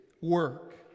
work